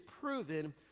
proven